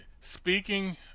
Speaking